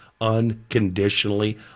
unconditionally